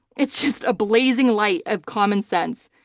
it's just a blazing light of common sense.